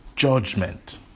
judgment